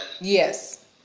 Yes